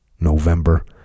November